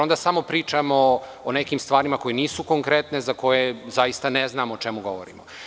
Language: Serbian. Onda samo pričamo o nekim stvarima koje nisu konkretne, za koje zaista ne znamo o čemu govorimo.